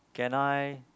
can I